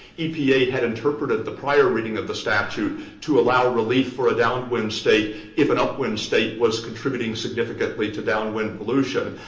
epa had interpreted the prior reading of the statute to allow relief for a downwind state if an upwind state was contributing significantly to downwind pollution,